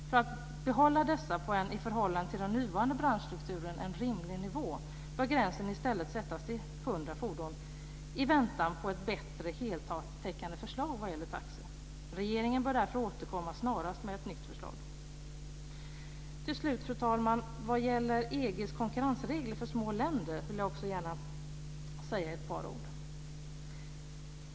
För att behålla dessa på en i förhållande till den nuvarande branschstrukturen rimlig nivå bör gränsen i stället sättas till 100 fordon i väntan på ett bättre heltäckande förslag vad gäller taxi. Regeringen bör därför återkomma snarast med ett nytt förslag. Fru talman! Till slut vill jag också gärna säga ett par ord om EU:s konkurrensregler för små länder.